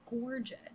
gorgeous